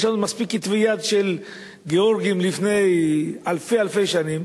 יש לנו מספיק כתבי-יד של גאורגים מלפני אלפי-אלפי שנים.